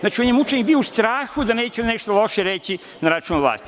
Znači, on je mučenik bio u strahu da neću nešto loše reći na račun vlasti.